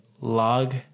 log